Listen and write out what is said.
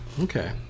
Okay